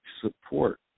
support